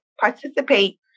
participate